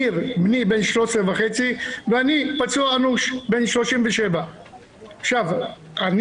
ניר בני בן 13.5 ואני פצוע אנוש בן 37. אני